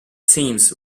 teams